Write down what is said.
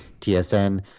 TSN